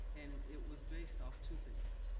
and it was based off two things.